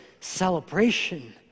celebration